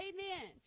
Amen